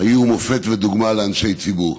היה מופת ודוגמה לאנשי ציבור.